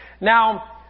Now